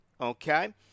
okay